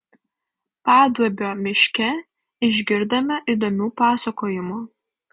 paduobio miške išgirdome įdomių pasakojimų